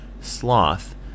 sloth